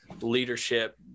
leadership